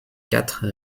quatre